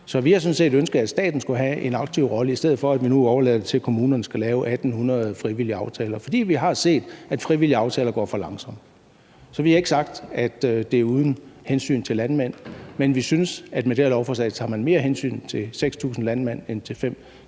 sådan set ønsket, at staten skulle have en aktiv rolle at spille, i stedet for at vi nu overlader det til kommunerne at skulle lave 1800 frivillige aftaler, fordi vi har set, at frivillige aftaler går for langsomt. Så vi har ikke sagt, at det er uden hensyn til landmænd, men vi synes, at med det her lovforslag tager man mere hensyn til 6.000 landmænd end til 5,8